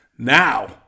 now